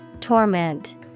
Torment